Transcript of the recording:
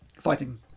fighting